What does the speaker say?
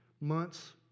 Months